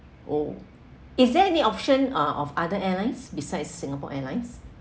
oh is there any option uh of other airlines besides singapore airlines